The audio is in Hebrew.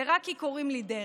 זה רק כי קוראים לי דרעי.